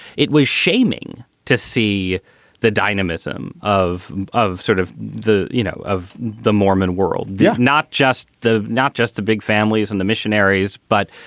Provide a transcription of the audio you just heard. it was shaming to see the dynamism of of sort of the, you know, of the mormon world, yeah not just the not just the big families and the missionaries, but,